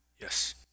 Yes